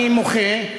אני מוחה,